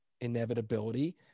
inevitability